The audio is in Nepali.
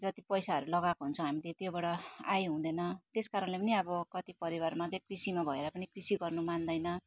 जति पैसाहरू लगाएको हुन्छ हामीले त्योबाट आय हुँदैन त्यस कारणले पनि अब कति परिवार नजिक कृषिमा भएर पनि कृषि गर्नु मान्दैन